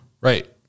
Right